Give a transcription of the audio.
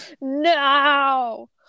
No